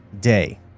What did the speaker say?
day